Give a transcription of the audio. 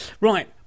Right